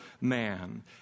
man